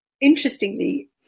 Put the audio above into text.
interestingly